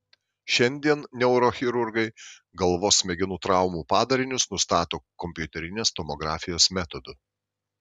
šiandien neurochirurgai galvos smegenų traumų padarinius nustato kompiuterinės tomografijos metodu